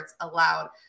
allowed